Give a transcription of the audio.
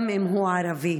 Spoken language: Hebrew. גם אם הוא ערבי.